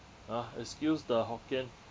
ah excuse the hokkien